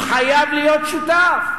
הוא חייב להיות שותף.